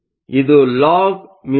ಆದ್ದರಿಂದ ಇದು log μL